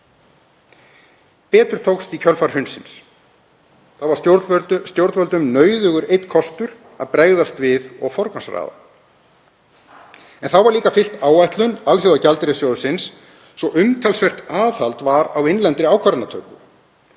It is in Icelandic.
Betur tókst í kjölfar hrunsins. Þá var stjórnvöldum nauðugur einn kostur að bregðast við og forgangsraða en þá var líka fylgt áætlun Alþjóðagjaldeyrissjóðsins svo að umtalsvert aðhald var á innlendri ákvarðanatöku.